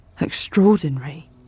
Extraordinary